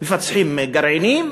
מפצחים גרעינים,